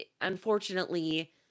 unfortunately